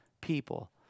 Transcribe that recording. people